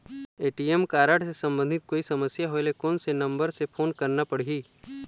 ATM card से संबंधित कोई समस्या होय ले, कोन से नंबर से फोन करना पढ़ही?